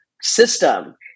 system